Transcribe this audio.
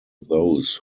those